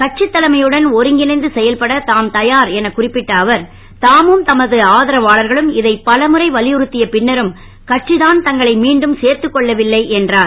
கட்சித் தலைமை உடன் ஒருங்கிணைந்து செயல்பட தாம் தயார் என குறிப்பிட்ட அவர் தாமும் தமது ஆதரவாளர்களும் இதைப் பலமுறை வலியுறுத்திய பின்னரும் கட்சிதான் தங்களை மீண்டும் சேர்த்துக்கொள்ளவில்லை என்றார்